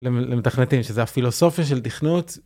למתכנתים, שזה הפילוסופיה של תכנות.